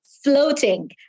Floating